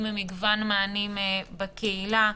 עם מגוון מענים בקהילה.